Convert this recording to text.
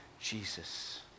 Jesus